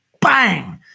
Bang